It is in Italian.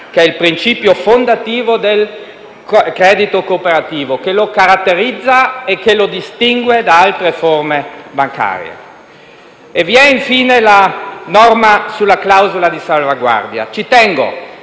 che è il principio fondativo del credito cooperativo, che lo caratterizza e lo distingue da altre forme bancarie. Vi è, infine, la norma sulla clausola di salvaguardia. Ci tengo